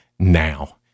Now